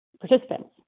participants